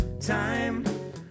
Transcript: time